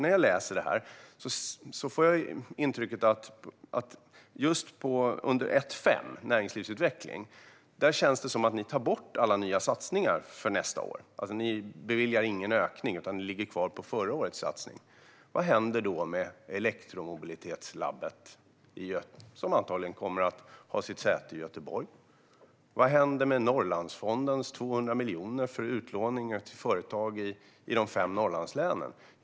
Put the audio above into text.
När jag läser förslagen får jag ett intryck just när det gäller 1:5 Näringslivsutveckling . Där känns det som att ni vill ta bort alla nya satsningar för nästa år. Ni vill inte bevilja någon ökning, utan ni ligger kvar på förra årets satsning. Vad händer då med elektromobilitetslaboratoriet, som antagligen kommer att ha sitt säte i Göteborg? Vad händer med Norrlandsfondens 200 miljoner för utlåning till företag i de fem Norrlandslänen?